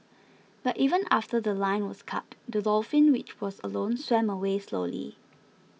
but even after The Line was cut the dolphin which was alone swam away slowly